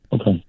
okay